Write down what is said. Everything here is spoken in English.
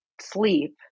sleep